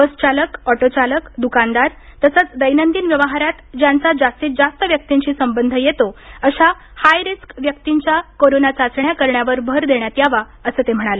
बसचालक ऑटोचालक दुकानदार तसंच दैनंदिन व्यवहारात ज्यांचा जास्तीत जास्त व्यक्तींशी संबंध येतो अशा हाय रिस्क व्यक्तींच्या कोरोना चाचण्या करण्यावर भर देण्यात यावा असं ते म्हणाले